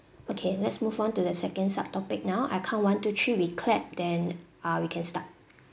okay let's move on to the second sub topic now I count one two three we clap then uh we can start